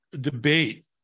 debate